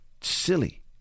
Silly